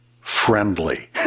friendly